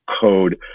code